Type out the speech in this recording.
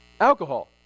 Alcohol